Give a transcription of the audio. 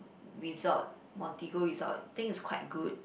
resort Montigo-Resort I think is quite good